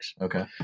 Okay